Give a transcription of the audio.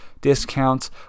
discounts